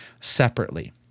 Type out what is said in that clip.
separately